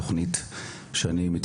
בתוכנית שהיא פיילוט ירושלמי ואני